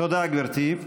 תודה, גברתי.